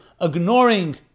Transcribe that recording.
ignoring